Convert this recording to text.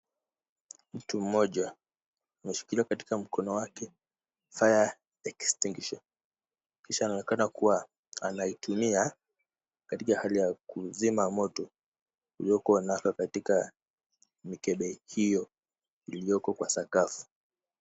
Mtu mmoja ameshikilia katika mkono wake fire extinguisher . Kisha anaonekana kuwa anaitumia katika hali ya kuzima moto. Ulioko nako katika mikebe hiyo ilioko kwa sakafu.